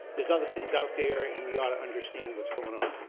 there's other things out there and we ought to understand what is going on.